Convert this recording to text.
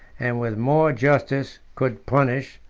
and with more justice could punish,